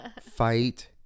fight